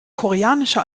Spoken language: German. koreanische